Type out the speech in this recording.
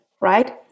right